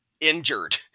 injured